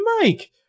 Mike